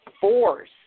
force